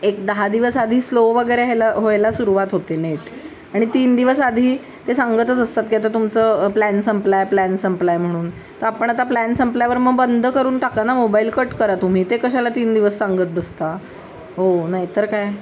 एक दहा दिवस आधी स्लो वगैरे ह्याला व्हायला सुरवात होते नेट आणि तीन दिवस आधी ते सांगतच असतात की आता तुमचं प्लॅन संपला आहे प्लॅन संपला आहे म्हणून तर आपण आता प्लॅन संपल्यावर मग बंद करून टाका ना मोबाईल कट करा तुम्ही ते कशाला तीन दिवस सांगत बसता हो नाही तर काय